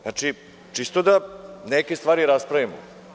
Znači, čisto da neke stvari raspravimo.